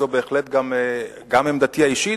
זו בהחלט גם עמדתי האישית,